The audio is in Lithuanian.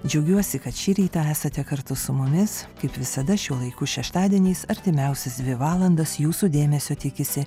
džiaugiuosi kad šį rytą esate kartu su mumis kaip visada šiuo laiku šeštadieniais artimiausias dvi valandas jūsų dėmesio tikisi